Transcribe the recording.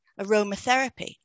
aromatherapy